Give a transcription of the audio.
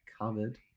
covered